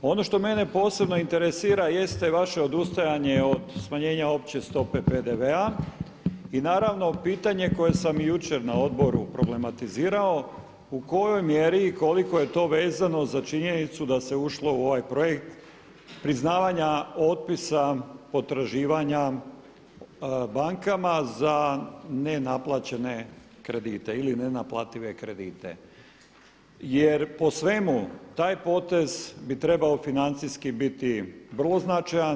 Ono što mene posebno interesira jeste vaše odustajanje od smanjenja opće stope PDV-a i naravno pitanje koje sam i jučer na odboru problematizirao u kojoj mjeri i koliko je to vezano za činjenicu da se ušlo u ovaj projekt priznavanja otpisa potraživanja bankama za nenaplaćene kredite ili za nenaplative kredite jer po svemu taj potez bi trebao financijski biti vrlo značajan.